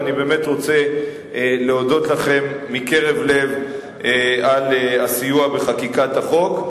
ואני באמת רוצה להודות לכם מקרב לב על הסיוע בחקיקת החוק.